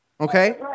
Okay